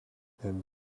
and